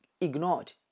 ignored